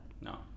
No